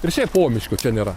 ir šiaip pomiškio čia nėra